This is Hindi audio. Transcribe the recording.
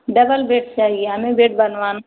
डबल बेड चाहिए हमें बेड बनवाना